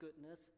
goodness